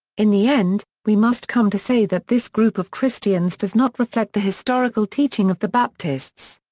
in the end, we must come to say that this group of christians does not reflect the historical teaching of the baptists.